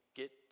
get